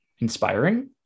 inspiring